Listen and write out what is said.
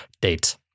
date